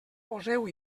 poseu